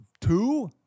Two